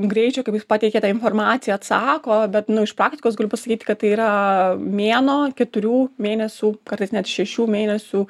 greičio kaip jis pateikia tą informaciją atsako bet nu iš praktikos galiu pasakyt kad tai yra mėnuo keturių mėnesių kartais net šešių mėnesių